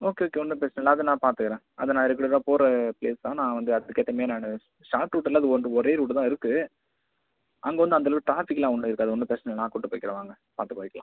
okay okay ஒன்றும் பிரச்சனை இல்லை அதை நான் பார்த்துக்குறேன் அது நான் ரெகுலராக போகிற பிளேஸ் தான் நான் வந்து அதுக்கேற்ற மாரி நான் ஷாட் ரூட் இல்லை அது வந்து ஒரே ரூட்டு தான் இருக்குது அங்கே வந்து அந்தளவு டிராஃபிக்கெலாம் ஒன்றும் இருக்காது ஒன்றும் பிரச்சனை இல்லை நான் கூட்டி போய்க்கிறேன் வாங்க பார்த்து போய்க்கலாம்